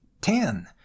ten